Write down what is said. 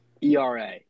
ERA